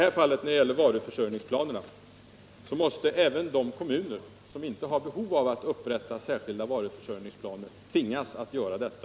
När det gäller varuförsörjningsplanerna måste även de kommuner som inte har behov av att upprätta särskilda varuförsörjningsplaner tvingas att göra detta.